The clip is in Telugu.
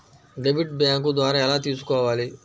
డెబిట్ బ్యాంకు ద్వారా ఎలా తీసుకోవాలి?